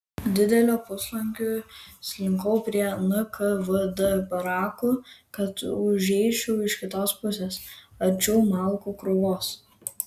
dideliu puslankiu slinkau prie nkvd barakų kad užeičiau iš kitos pusės arčiau malkų krūvos